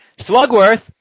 Slugworth